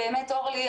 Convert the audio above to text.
אורלי,